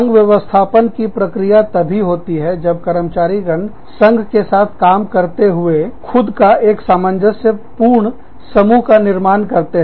संघ व्यवस्थापन की प्रक्रिया तभी होती है जब कर्मचारीगण संघ के साथ काम करते हुए खुद को एक सामंजस्यपूर्णसमूह का निर्माण करते हैं